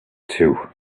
too